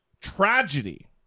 tragedy